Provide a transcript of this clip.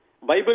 bible